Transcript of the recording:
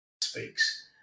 speaks